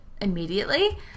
immediately